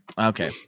okay